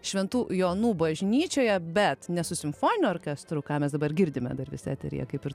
šventų jonų bažnyčioje bet ne su simfoniniu orkestru ką mes dabar girdime dar vis eteryje kaip ir